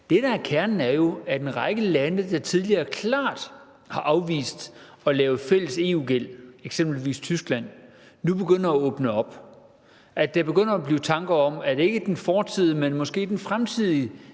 Det, der er kernen, er jo, at en række lande, der tidligere klart har afvist at lave fælles EU-gæld, eksempelvis Tyskland, nu begynder at åbne op for det. Der begynder at være tanker om, at ikke den fortidige, men måske den fremtidige